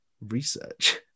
research